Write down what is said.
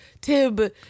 Tib